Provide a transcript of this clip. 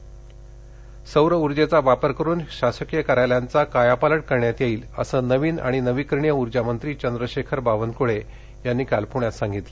महाउर्जा सौरऊर्जेचा वापर करुन शासकीय कार्यालयांचा कायापालट करण्यात येईल असं नवीन आणि नवीकरणीय ऊर्जा मंत्री चंद्रशेखर बावनकुळे यांनी काल पुण्यात सांगितलं